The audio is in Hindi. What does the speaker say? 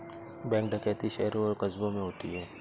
बैंक डकैती शहरों और कस्बों में होती है